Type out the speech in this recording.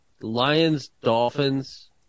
Lions-Dolphins